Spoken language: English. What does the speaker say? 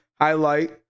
highlight